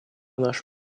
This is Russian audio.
наше